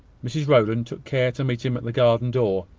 mrs rowland took care to meet him at the garden door.